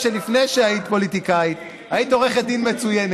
אבל מאחר שאני יודע שלפני שהיית פוליטיקאית היית עורכת דין מצוינת,